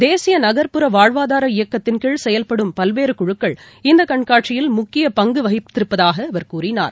தேசியநகர்ப்புற வாழ்வாதார இயக்கத்தின்கீழ் செயல்படும் பல்வேறுகுழுக்கள் இந்தகண்காட்சியில் முக்கியபங்குவகித்திருப்பதாகஅவர் கூறினார்